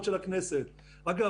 שוב,